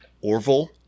Orville